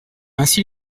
ainsi